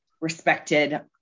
respected